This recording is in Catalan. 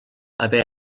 haver